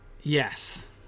Yes